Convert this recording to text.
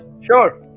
Sure